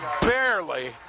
barely